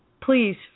Please